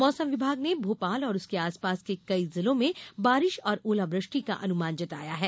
मौसम विभाग ने भोपाल और उसके आसपास के कई जिलों में बारिष और ओलावृष्टि का अनुमान जताया है